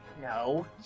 No